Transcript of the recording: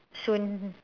soon